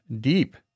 deep